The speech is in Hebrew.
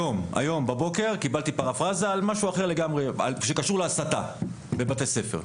היום בבוקר קיבלתי פרפרזה על משהו אחר לגמרי שקשור להסתה בבתי ספר,